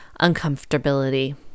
uncomfortability